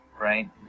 right